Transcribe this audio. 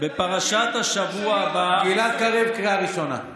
ספר את זה לילדים, גלעד קריב, קריאה ראשונה.